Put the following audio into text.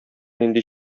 нинди